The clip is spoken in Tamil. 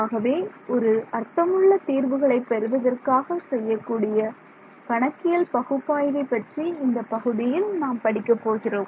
ஆகவே ஒரு அர்த்தமுள்ள தீர்வுகளை பெறுவதற்காக செய்யக்கூடிய கணக்கியல் பகுப்பாய்வை பற்றி இந்தப் பகுதியில் நாம் படிக்க போகிறோம்